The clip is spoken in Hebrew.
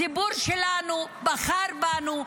הציבור שלנו בחר בנו,